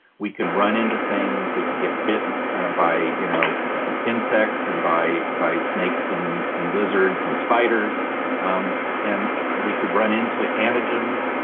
we can run into things, we can get bitten by you know insects and by by snakes and and lizards and spiders um and and we can run into antigens,